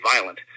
violent